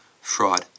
Fraud